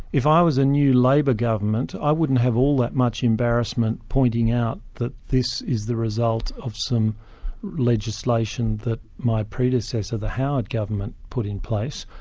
if i was a new labor government i wouldn't have all that much embarrassment pointing out that this is the result of some legislation that my predecessor, the howard government, put in place.